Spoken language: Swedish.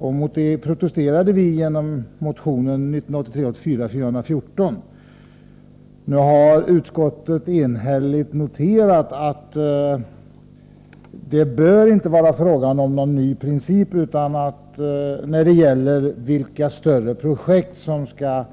Mot det protesterade vi genom motion 1983/84:414. Nu har det enhälligt noterats att det inte bör vara fråga om någon ny princip när det gäller vilka större projekt som skall